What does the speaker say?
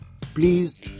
please